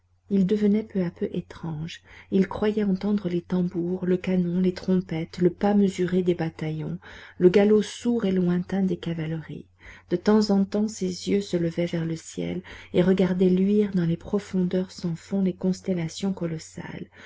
il devenait peu à peu étrange il croyait entendre les tambours le canon les trompettes le pas mesuré des bataillons le galop sourd et lointain des cavaleries de temps en temps ses yeux se levaient vers le ciel et regardaient luire dans les profondeurs sans fond les constellations colossales